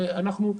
ואנחנו,